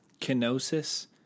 Kenosis